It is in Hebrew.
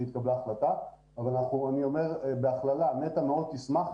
אם התקבלה החלטה אבל אני אומר בהכללה שנת"ע מאוד תשמח